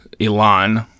Elon